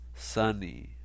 Sunny